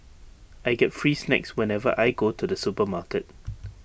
I get free snacks whenever I go to the supermarket